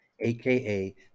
aka